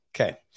Okay